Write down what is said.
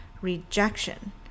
rejection